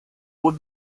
would